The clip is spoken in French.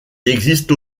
existe